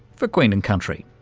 for queen and country.